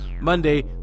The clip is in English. Monday